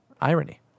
irony